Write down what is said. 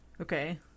Okay